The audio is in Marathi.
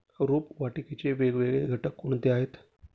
रोपवाटिकेचे वेगवेगळे घटक कोणते आहेत?